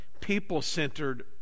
people-centered